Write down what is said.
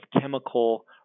chemical